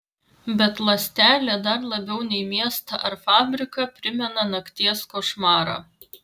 bet ląstelė dar labiau nei miestą ar fabriką primena nakties košmarą